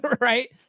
Right